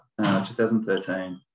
2013